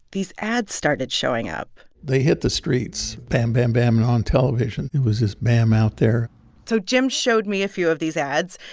these ads started showing up they hit the streets bam, bam, bam and on television. it was just bam out there so jim showed me a few of these ads.